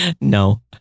No